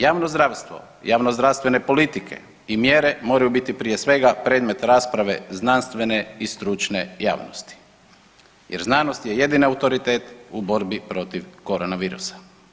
Javno zdravstvo, javnozdravstvene politike i mjere moraju biti prije svega predmet rasprave znanstvene i stručne javnosti jer znanost je jedini autoritet u borbi protiv Corona virusa.